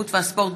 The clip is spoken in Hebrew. התרבות והספורט